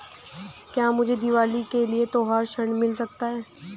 क्या मुझे दीवाली के लिए त्यौहारी ऋण मिल सकता है?